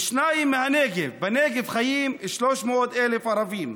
שניים מהנגב, בנגב חיים 300,000 ערבים,